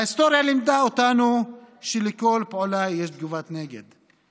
ההיסטוריה לימדה אותנו שלכל פעולה יש תגובת נגד.